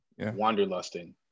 wanderlusting